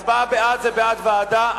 הצבעה בעד, זה בעד ועדה.